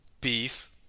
beef